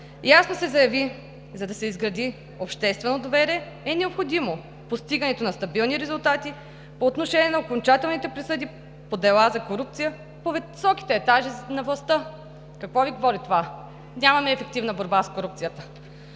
ясно се заяви, че за да се изгради обществено доверие, е необходимо постигането на стабилни резултати по отношение на окончателните присъди по дела за корупция по високите етажи на властта. Какво Ви говори това? Нямаме ефективна борба с корупцията.